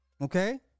Okay